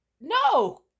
no